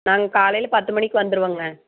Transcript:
நாங்க காலையில் பத்து மணிக்கு வந்துடுவோங்க